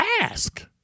Ask